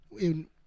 in-